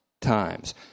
times